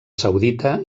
saudita